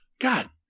God